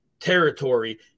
territory